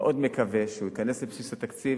אני מאוד מקווה שהוא ייכנס לבסיס התקציב